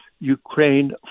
Ukraine